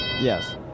yes